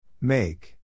Make